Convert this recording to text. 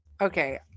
Okay